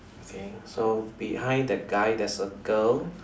okay so behind that guy there's a girl